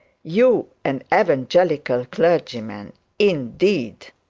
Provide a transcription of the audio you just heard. you an evangelical clergyman indeed